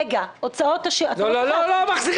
רגע, הוצאות, אתה לא צריך להחזיר